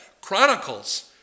Chronicles